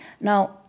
Now